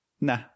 Nah